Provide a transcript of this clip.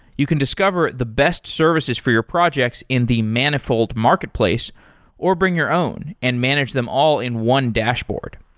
you can discover the best services for your projects in the manifold marketplace or bring your own and manage them all in one dashboard.